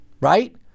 Right